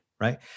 right